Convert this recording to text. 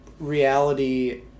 Reality